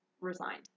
resigned